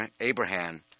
Abraham